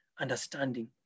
understanding